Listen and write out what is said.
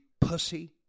pussy